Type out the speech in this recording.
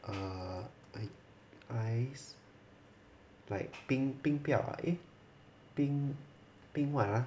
err like ice like 冰冰雕 ah eh 冰冰 what ah